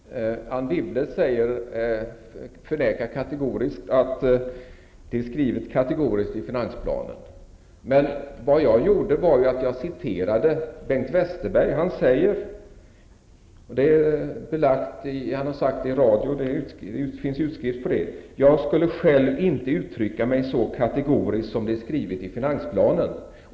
Herr talman! Anne Wibble förnekar kategoriskt att finansplanens skrivningar är kategoriska. Men vad jag gjorde var att citera Bengt Westerberg. Det som han säger i radio är belagt, och det finns utskrift på det: ''Jag skulle själv inte uttrycka mig så kategoriskt som det är skrivet i finansplanen.''